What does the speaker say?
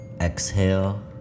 Exhale